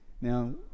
Now